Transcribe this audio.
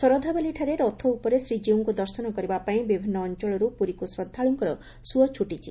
ଶରଧାବାଲି ଠାରେ ରଥ ଉପରେ ଶ୍ରୀଜୀଉଙ୍କୁ ଦର୍ଶନ୍ କରିବା ପାଇଁ ବିଭିନ୍ନ ଅଞ୍ଚଳରୁ ପୁରୀକୁ ଶ୍ରଦ୍ଧାଳୁଙ୍ଙ ସୁଅ ଛୁଟିଛି